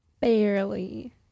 Barely